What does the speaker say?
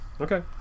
Okay